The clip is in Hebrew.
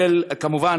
כמובן,